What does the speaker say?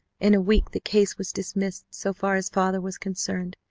in a week the case was dismissed so far as father was concerned,